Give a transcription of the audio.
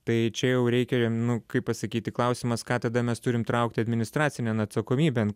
tai čia jau reikia jau nu kaip pasakyti klausimas ką tada mes turim traukt administracinėn atsakomybėn